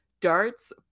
darts